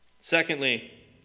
Secondly